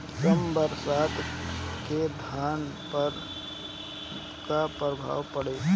कम बरसात के धान पर का प्रभाव पड़ी?